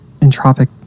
entropic